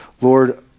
Lord